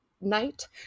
night